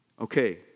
Okay